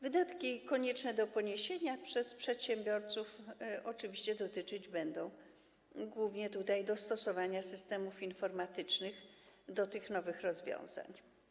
Wydatki konieczne do poniesienia przez przedsiębiorców oczywiście dotyczyć będą głównie dostosowania systemów informatycznych do tych nowych rozwiązań.